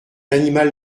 animal